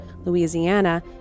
Louisiana